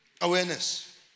Awareness